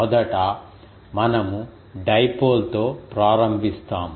మొదట మనము డైపోల్ తో ప్రారంభిస్తాము